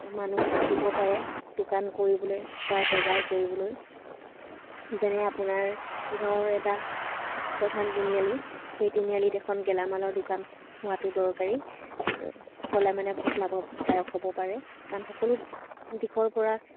মানুহ আহিব পাৰে দোকান কৰিবলৈ বা বজাৰ কৰিবলৈ যেনে আপোনাৰ গাঁৱৰ এটা প্ৰধান তিনিআলি সেই তিনিআলিত এখন গেলামালৰ দোকান হোৱাটো দৰকাৰী হ'লে মানে বহুত লাভদায়ক হ'ব পাৰে কাৰণ সকলো দিশৰপৰা